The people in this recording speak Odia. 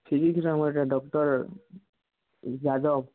ଫିଜିକ୍ସର ଆମର୍ ଇ'ଟା ଡ଼କ୍ଟର୍ ଜ୍ୟାଦବ